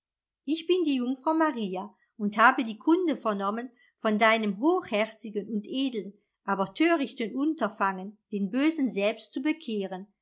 ich bin die jungfrau maria und habe die kunde vernommen von deinem hochherzigen und edlen aber törichten unterfangen den bösen selbst zu bekehren